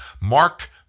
Mark